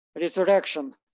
resurrection